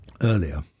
earlier